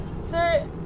sir